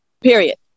Period